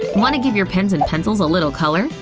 want to give your pens and pencils a little color?